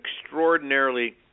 extraordinarily